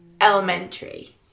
Elementary